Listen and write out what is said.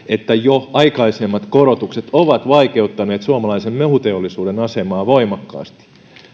että jo aikaisemmat korotukset ovat vaikeuttaneet suomalaisen mehuteollisuuden asemaa voimakkaasti